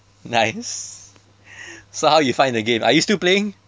nice so how you find the game are you still playing